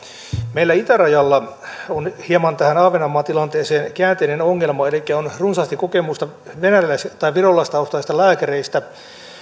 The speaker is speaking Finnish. meillä itärajalla on hieman tähän ahvenanmaan tilanteeseen nähden käänteinen ongelma elikkä on runsaasti kokemusta venäläis tai virolaistaustaisista lääkäreistä